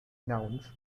nouns